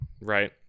right